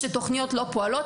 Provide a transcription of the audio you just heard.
שתוכניות לא פועלות.